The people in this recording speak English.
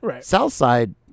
Southside